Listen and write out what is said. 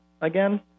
again